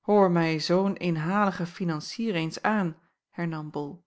hoor mij zoo'n inhaligen financier eens aan hernam bol